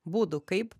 būdų kaip